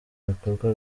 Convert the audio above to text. ibikorwa